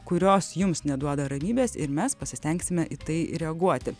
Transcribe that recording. kurios jums neduoda ramybės ir mes pasistengsime į tai reaguoti